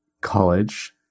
college